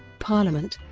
parliament